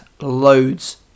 loads